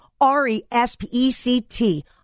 R-E-S-P-E-C-T